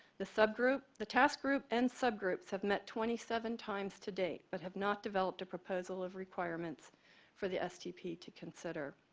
the subgroup the task group and subgroups have met twenty seven times today, but have not developed a proposal of requirements for the stp to consider.